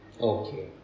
Okay